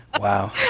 Wow